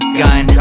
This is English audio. gun